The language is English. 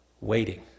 waiting